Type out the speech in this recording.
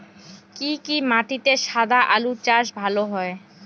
কি কি মাটিতে সাদা আলু চাষ ভালো হয়?